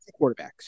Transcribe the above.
Quarterbacks